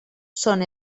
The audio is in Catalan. són